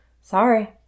Sorry